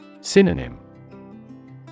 Synonym